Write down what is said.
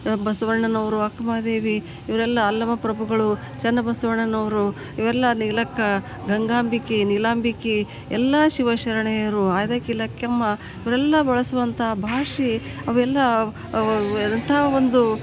ಬಸವಣ್ಣನವರು ಅಕ್ಕಮಹಾದೇವಿ ಇವರೆಲ್ಲ ಅಲ್ಲಮಪ್ರಭುಗಳು ಚನ್ನಬಸವಣ್ಣನವರು ಇವೆಲ್ಲ ನೀಲಕ್ಕ ಗಂಗಾಂಬಿಕೆ ನೀಲಾಂಬಿಕೆ ಎಲ್ಲ ಶಿವಶರಣೆಯರು ಆಯ್ದಕ್ಕಿ ಲಕ್ಕಮ್ಮ ಇವರೆಲ್ಲ ಬಳಸುವಂಥ ಭಾಷೆ ಅವೆಲ್ಲ ಎಂಥ ಒಂದು